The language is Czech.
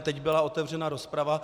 Teď byla otevřena rozprava.